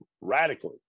radically